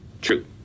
True